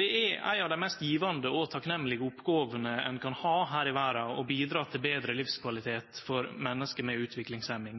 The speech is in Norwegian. Det er ei av dei mest gjevande og takknemlege oppgåvene ein kan ha her i verda å bidra til betre livskvalitet for menneske med utviklingshemming.